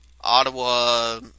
Ottawa